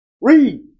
Read